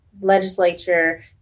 legislature